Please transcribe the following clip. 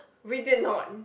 we did not